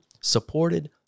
supported